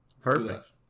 Perfect